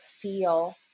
feel